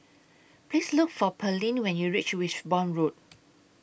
Please Look For Pearlene when YOU REACH Wimborne Road